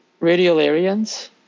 radiolarians